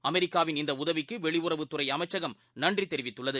அமெரிக்காவின் இந்த உதவிக்கு வெளியுறவுத்துறை அமைச்சகம் நன்றி தெரிவித்துள்ளது